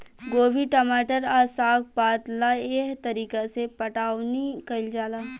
गोभी, टमाटर आ साग पात ला एह तरीका से पटाउनी कईल जाला